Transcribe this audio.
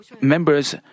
members